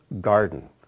garden